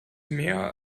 mehr